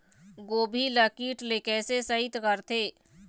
गोभी ल कीट ले कैसे सइत करथे?